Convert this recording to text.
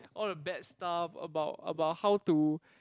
all the bad stuff about about how to